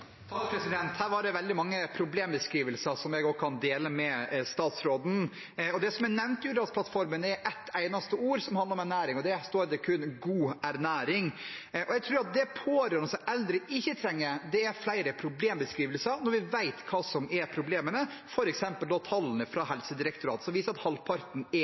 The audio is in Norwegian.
Her var det veldig mange problembeskrivelser, hvor jeg kan være enig med statsråden. I Hurdalsplattformen er det nevnt ett eneste ord som handler om ernæring; det står kun «god ernæring». Jeg tror at det de pårørende og eldre ikke trenger, er flere problembeskrivelser, når vi vet hva som er problemene, f.eks. tallene fra Helsedirektoratet som viser at halvparten er